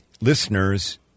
listeners